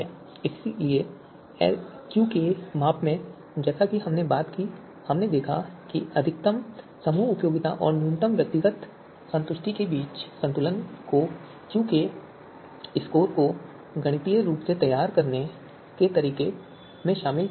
इसलिए क्यूके माप में जैसा कि हमने बात की हमने देखा कि अधिकतम समूह उपयोगिता और न्यूनतम व्यक्तिगत संतुष्टि के बीच संतुलन को क्यूके स्कोर को गणितीय रूप से तैयार करने के तरीके में शामिल किया गया था